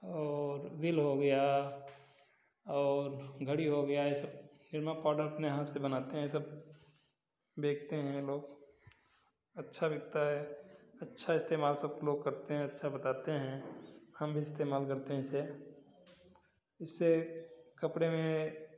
और व्हील हो गया और घड़ी हो गया ये सब निरमा पाउडर अपने हाथ से बनाते हैं देखते हैं बहुत अच्छा बिकता है अच्छा इस्तेमाल सब लोग करते हैं अच्छा बताते हैं हम इस्तेमाल करते हैं इसे इसे कपड़े में